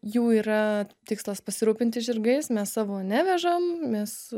jų yra tikslas pasirūpinti žirgais mes savo nevežam mes